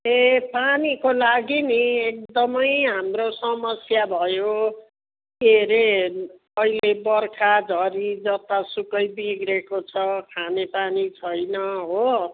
ए पानीको लागि नि एकदमै हाम्रो समस्या भयो के हरे अहिले बर्खा झरी जता सुकै बिग्रेको छ खाने पानी छैन हो